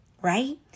Right